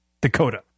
dakota